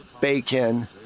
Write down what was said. bacon